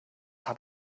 hat